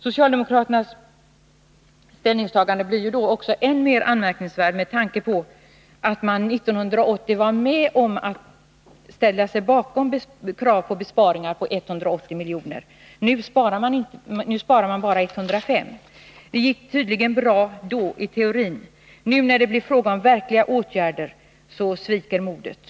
Socialdemokraternas ställningstagande blir än mer anmärkningsvärt med tanke på att man 1980 ställde sig bakom krav på besparingar på 180 milj.kr. Nu sparar man bara 105 milj.kr. Det gick tydligen bra att spara i teorin; när det blir fråga om verkliga åtgärder sviker modet.